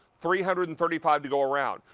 three hundred and thirty five to go around.